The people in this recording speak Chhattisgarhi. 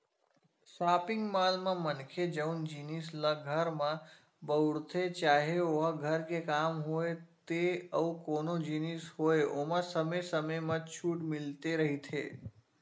सॉपिंग मॉल म मनखे जउन जिनिस ल घर म बउरथे चाहे ओहा घर के काम होय ते अउ कोनो जिनिस होय ओमा समे समे म छूट मिलते रहिथे